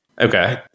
Okay